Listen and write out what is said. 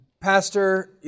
Pastor